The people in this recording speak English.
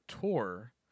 tour